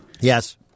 Yes